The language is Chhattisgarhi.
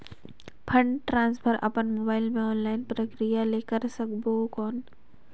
फंड ट्रांसफर अपन मोबाइल मे ऑनलाइन प्रक्रिया ले कर सकबो कौन?